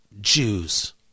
Jews